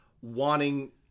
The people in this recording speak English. wanting